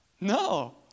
No